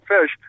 fish